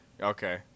Okay